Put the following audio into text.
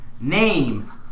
name